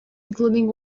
including